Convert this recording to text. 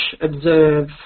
observe